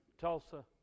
Tulsa